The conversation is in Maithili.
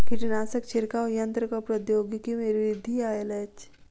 कीटनाशक छिड़काव यन्त्रक प्रौद्योगिकी में वृद्धि आयल अछि